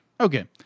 Okay